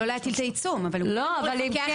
לא להטיל את העיצום אבל כן לפקח,